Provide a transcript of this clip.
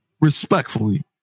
respectfully